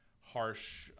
harsh